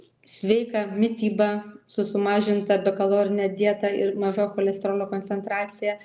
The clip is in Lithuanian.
sveiką mitybą su sumažinta bekalorine dieta ir maža cholesterolio koncentracija